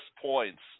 points